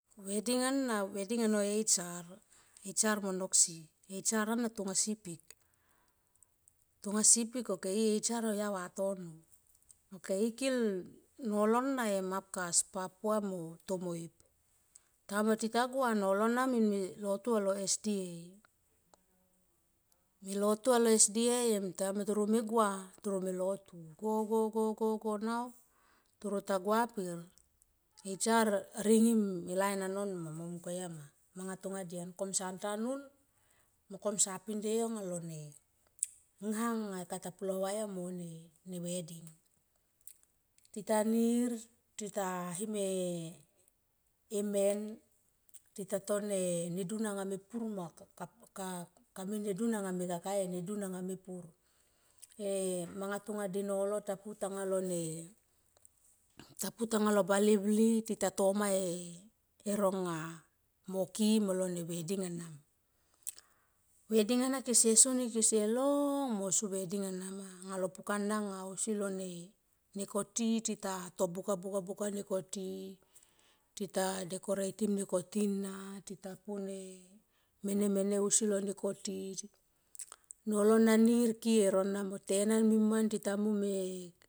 Veding ana veding ano hr, hr mo noksi, hr ana tonga sipik. Tonga sipik o, hr au ya vatono ok i kil nolo na hap kas papua mo tomoipitim anga tita gua nolo ma min me lotu alo sda em tim anga toro me gua toro me lotu go go go nau toro ta gua per hr ringim e lain anon ma mo mungko yama. Manga tonga dian kom sa tanun mo koma sa pindie yo anga lo ne ngha nga kata pulo va yo mo veding tita nir tita him e men tita to nedun anga tonga de nolo tapu me pur. E manga tonga de nolo tapu tanga lo ne, ta pu talo bale blik teta to ma e nanga mo ki i molo veding ana ma. Veding ana kese soni kese long mo so veding ana ma anga lo pukana nga asui lon nekoti tita to buka nekoti tita dekoreitim neko ti na ta po ne mene mene ausi lo nekoti nolo na nir ki e rona ma mo tena mo miman tita mom e.